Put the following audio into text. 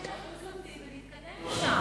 אז בוא נלך על ועדת הכספים ונתקדם משם.